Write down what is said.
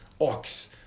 ox